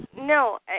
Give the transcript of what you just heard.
No